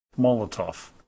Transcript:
Molotov